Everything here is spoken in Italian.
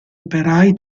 operai